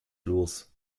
los